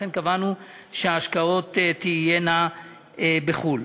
לכן קבענו שההשקעות תהיינה בחו"ל.